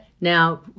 Now